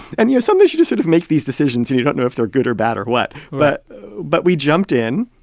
and, you know, sometimes you just sort of make these decisions and you don't know if they're good or bad or what. but but we jumped in.